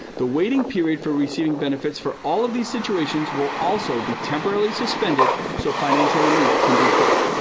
the waiting period for receiving benefits for all of these situations will also be temporarily suspended so financial relief can be quick.